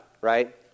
right